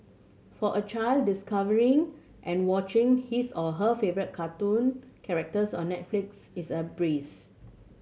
for a child discovering and watching his or her favourite cartoon characters on Netflix is a breeze